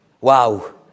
wow